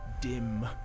dim